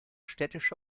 städtische